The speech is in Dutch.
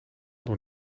door